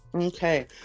Okay